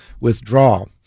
withdrawal